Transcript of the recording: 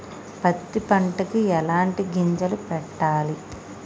పత్తి పంటకి ఎలాంటి గింజలు పెట్టాలి?